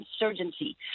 insurgency